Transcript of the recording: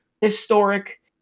historic